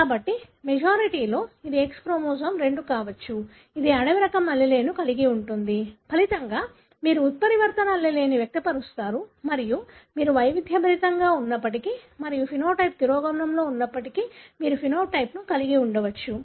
కాబట్టి మెజారిటీలో ఇది X క్రోమోజోమ్ 2 కావచ్చు ఇది అడవి రకం allele ను కలిగి ఉంటుంది ఫలితంగా మీరు ఉత్పరివర్తన allele ను వ్యక్తపరుస్తారు మరియు మీరు వైవిధ్యభరితంగా ఉన్నప్పటికీ మరియు ఫెనోటైప్ తిరోగమనంలో ఉన్నప్పటికీ మీరు ఫెనోటైప్ ను కలిగి ఉండవచ్చు